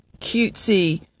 cutesy